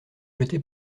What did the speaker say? jeté